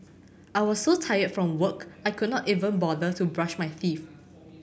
I was so tired from work I could not even bother to brush my teeth